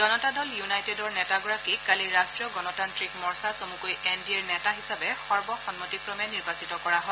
জনতা দল ইউনাইটেডৰ নেতাগৰাকীক কালি ৰাষ্ট্ৰীয় গণতান্ত্ৰিক মৰ্চা চমুকৈ এন ডি এৰ নেতা হিচাপে সৰ্বসন্মতিক্ৰমে নিৰ্বাচিত কৰা হয়